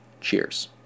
Cheers